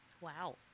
Wow